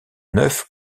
neuf